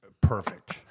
Perfect